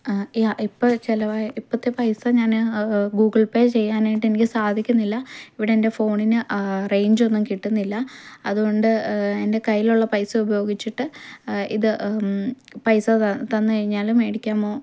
യാ ഇപ്പോൾ ചിലവായ ഇപ്പൊഴത്തെ പൈസ ഞാൻ ആഹ് ഗൂഗിൾ പേ ചെയ്യാനായിട്ട് എനിക്ക് സാധിക്കുന്നില്ല ഇവിടെ എൻ്റെ ഫോണിന് റേയ്ജൊന്നും കിട്ടുന്നില്ല അതുകൊണ്ട് എൻ്റെ കയ്യിലുള്ള പൈസ ഉപയോഗിച്ചിട്ട് ഇത് പൈസ തന്നുകഴിഞ്ഞാൽ മേടിക്കാമോ